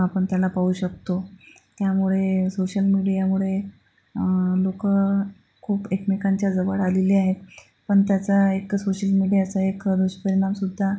आपण त्याला पाहू शकतो त्यामुळे सोशल मीडियामुळे लोकं खूप एकमेकांच्या जवळ आलेली आहेत पण त्याचा एक सोशल मीडियाचा एक दुष्परिणामसुद्धा